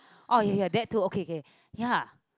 oh ya ya ya that two okay okay ya